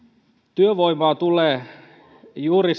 työvoimaa tulee juuri